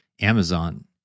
Amazon